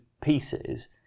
pieces